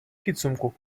підсумку